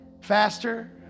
faster